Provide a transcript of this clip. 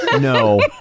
no